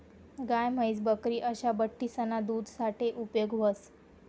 गाय, म्हैस, बकरी असा बठ्ठीसना दूध साठे उपेग व्हस